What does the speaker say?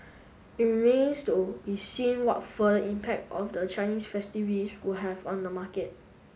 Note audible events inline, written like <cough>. it remains to be seen what further impact of the Chinese <unintelligible> will have on the market